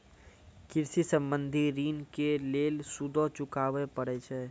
कृषि संबंधी ॠण के लेल सूदो चुकावे पड़त छै?